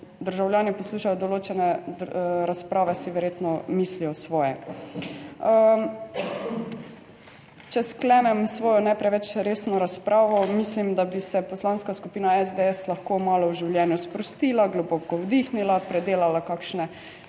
državljani poslušajo določene razprave, si verjetno mislijo svoje. Če sklenem svojo ne preveč resno razpravo, mislim da bi se Poslanska skupina SDS lahko malo v življenju sprostila, globoko vdihnila, predelala kakšne